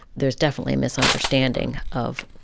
there's definitely a misunderstanding of,